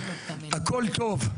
הכול טוב.